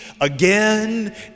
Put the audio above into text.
again